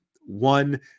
one